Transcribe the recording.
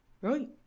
right